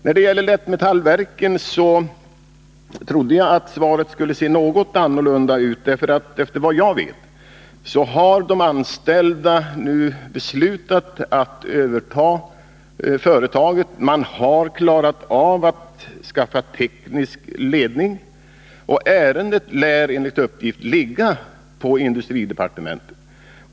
När det gäller Lättmetallverket trodde jag att svaret skulle vara något annorlunda utformat, för efter vad jag vet har de anställda nu beslutat att överta företaget. Man har klarat av att skaffa teknisk ledning, och ärendet ligger enligt uppgift hos industridepartementet.